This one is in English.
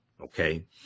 Okay